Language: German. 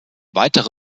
weitere